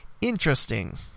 Interesting